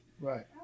Right